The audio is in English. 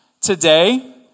Today